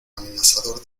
amenazador